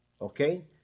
okay